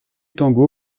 tango